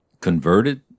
converted